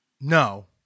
No